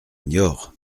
niort